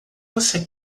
você